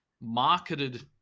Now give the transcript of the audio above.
marketed